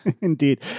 Indeed